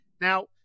Now